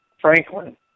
Franklin